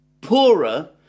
poorer